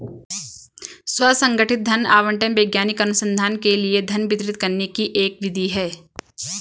स्व संगठित धन आवंटन वैज्ञानिक अनुसंधान के लिए धन वितरित करने की एक विधि है